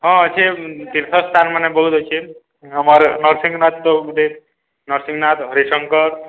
ହଁ ଅଛେ ତୀର୍ଥସ୍ଥାନ୍ମାନେ ବହୁତ୍ ଅଛେ ଆମର୍ ନର୍ସିଂହନାଥ୍ ତ ଗୁଟେ ନର୍ସିଂହନାଥ୍ ହରିଶଙ୍କର୍